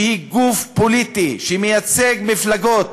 שהיא גוף פוליטי שמייצג מפלגות,